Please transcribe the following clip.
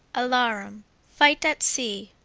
alarum. fight at sea.